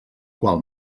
qual